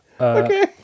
Okay